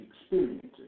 experiences